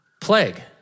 plague